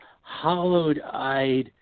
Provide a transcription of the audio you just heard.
hollowed-eyed